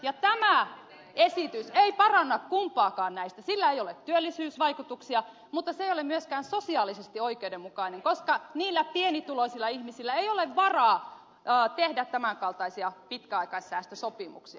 ja tämä esitys ei paranna kumpaakaan näistä sillä ei ole työllisyysvaikutuksia mutta se ei ole myöskään sosiaalisesti oikeudenmukainen koska niillä pienituloisilla ihmisillä ei ole varaa tehdä tämän kaltaisia pitkäaikaissäästösopimuksia